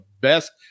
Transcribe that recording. best